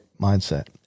mindset